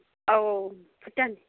औ भुटान